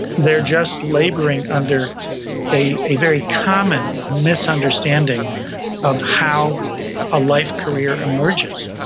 they're just laboring under a a very common misunderstanding of how a life career emerges.